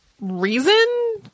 reason